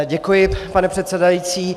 Děkuji, pane předsedající.